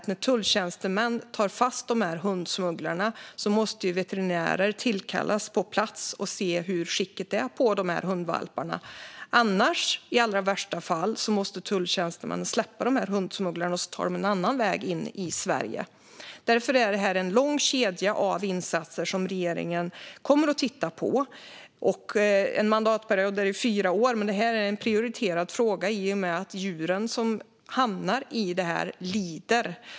När tulltjänstemän tar fast hundsmugglarna måste veterinärer tillkallas på plats för att se hur skicket är på hundvalparna. Om det inte kommer någon veterinär måste, i allra värsta fall, tulltjänstemännen släppa hundsmugglarna, som sedan tar en annan väg in i Sverige. Därför är det en lång kedja av insatser som regeringen kommer att se över. En mandatperiod är fyra år, men det här är en prioriterad fråga i och med att djuren som hamnar i detta lider.